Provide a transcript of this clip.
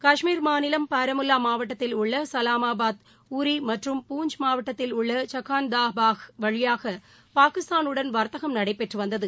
கஷ்மீர் மாநிலம் பாரமுல்லா மாவட்டத்தில் உள்ள சலாமாபாத் உரி மற்றும் பூஞ்ச் மாவட்டத்தில் உள்ள சக்கான் தா பாஹ் வழிபாக பாகிஸ்தானுடன் வர்த்தகம் நடைபெற்று வந்தது